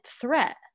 threat